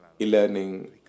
E-learning